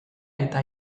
eta